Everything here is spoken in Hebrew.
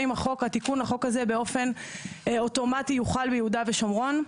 האם התיקון לחוק הזה באופן אוטומטי יוחל ביהודה ושומרון?